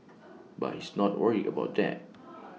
but he's not worried about that